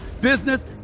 business